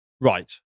Right